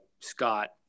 Scott